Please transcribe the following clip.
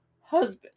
husband